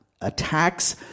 attacks